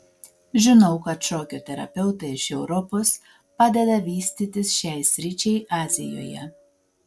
žinau kad šokio terapeutai iš europos padeda vystytis šiai sričiai azijoje